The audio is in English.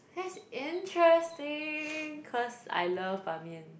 that's interesting cause I love 板面